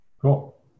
Cool